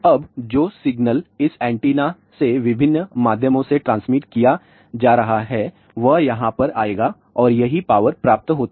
अब जो सिग्नल इस एंटीना से विभिन्न माध्यमों से ट्रांसमिट किया जा रहा है वह यहाँ पर आएगा और यहीं पावर प्राप्त होती है